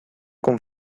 con